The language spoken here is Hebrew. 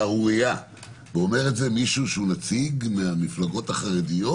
אומר את זה מישהו שהוא נציג מהמפלגות החרדיות,